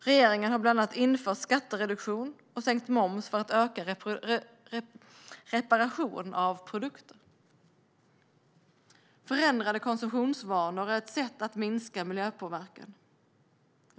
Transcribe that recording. Regeringen har bland annat infört skattereduktion och sänkt moms för att öka reparationer av produkter. Förändrade konsumtionsvanor är ett sätt att minska miljöpåverkan.